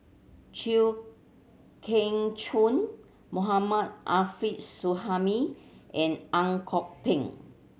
Chew Kheng Chuan Mohammad Arif Suhaimi and Ang Kok Peng